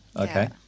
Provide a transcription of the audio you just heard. okay